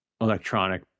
electronic